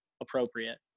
appropriate